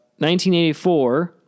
1984